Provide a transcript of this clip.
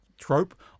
trope